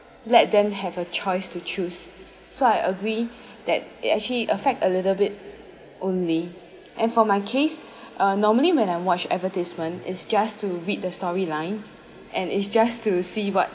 let them have a choice to choose so I agree that it actually affect a little bit only and for my case uh normally when I watch advertisement is just to read the storyline and it's just to see what